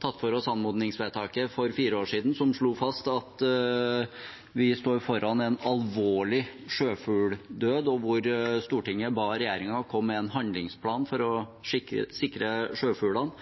tatt for oss anmodningsvedtaket for fire år siden som slo fast at vi står foran en alvorlig sjøfugldød, og hvor Stortinget ba regjeringen komme med en handlingsplan for å sikre sjøfuglene.